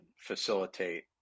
facilitate